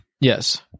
Yes